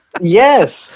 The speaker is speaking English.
Yes